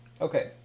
okay